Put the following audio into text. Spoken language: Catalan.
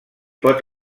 pot